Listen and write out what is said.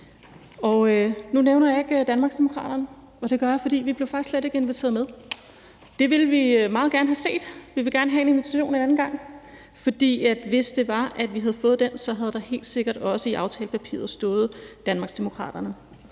Nu nævner jeg ikke Danmarksdemokraterne, og det gør jeg ikke, fordi vi faktisk slet ikke blev inviteret med. Det havde vi meget gerne set. Vi vil gerne have en invitation en anden gang, for hvis vi havde fået den, havde der helt sikkert også i aftalepapiret stået Danmarksdemokraterne.